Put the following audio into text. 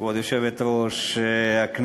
כבוד היושבת-ראש,